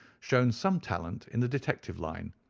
shown some talent in the detective line,